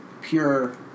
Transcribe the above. pure